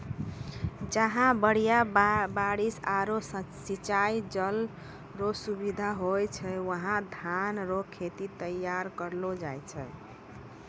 जहां बढ़िया बारिश आरू सिंचाई जल रो सुविधा होय छै वहां धान रो खेत तैयार करलो जाय छै